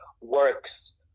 works